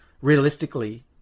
realistically